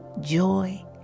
joy